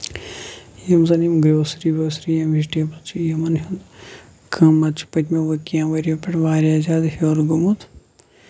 یِم زَن یِم گروسر ووسری یِم زَن یِم ویجِٹیبٕلز چھِ یِوان یَتھ منٛز قۭمَتھ چھُ پٔتمیو کیٚنہہ ؤریو پٮ۪ٹھ واریاہ زیادٕ گوٚمُت